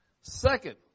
Second